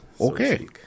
Okay